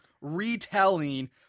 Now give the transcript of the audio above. retelling